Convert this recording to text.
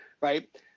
right